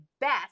best